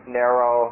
narrow